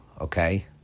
okay